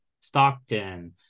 Stockton